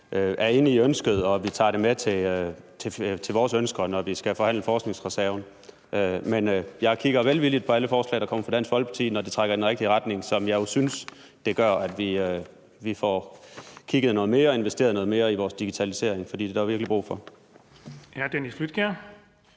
er enige i ønsket, og at vi tager det med blandt vores ønsker, når vi skal forhandle forskningsreserven. Men jeg kigger velvilligt på alle forslag, der kommer fra Dansk Folkeparti, når de trækker i den rigtige retning, som jeg jo synes det gør, nemlig at vi får kigget noget mere på og investeret noget mere i vores digitalisering, for det er der virkelig brug for.